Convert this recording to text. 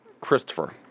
Christopher